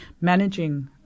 managing